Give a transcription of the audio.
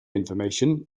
information